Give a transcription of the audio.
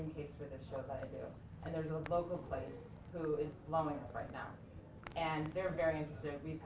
cakes for this show that i do and there's a local place who is blowing up right now and they're very and